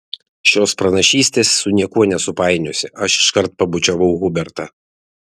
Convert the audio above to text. šios pranašystės su niekuo nesupainiosi aš iškart pabučiavau hubertą